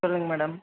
சொல்லுங்கள் மேடம்